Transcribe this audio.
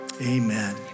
Amen